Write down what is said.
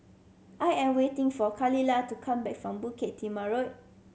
I am waiting for Khalilah to come back from Bukit Timah Road